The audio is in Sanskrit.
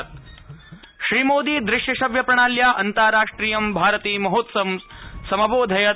ह्य श्रीमोदी दृश्यश्रव्यप्रणात्या अन्ताराष्ट्रियं भारतीमहोत्सवं समबोधयत्